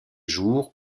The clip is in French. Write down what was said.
jours